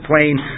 plane